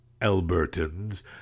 Albertans